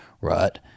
right